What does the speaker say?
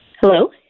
Hello